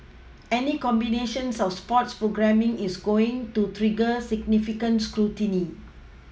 any combination of sports programming is going to trigger significant scrutiny